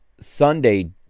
Sunday